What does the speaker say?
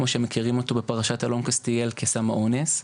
כמו שמכירים אותו בפרשת אלון קסטיאל כסם האונס.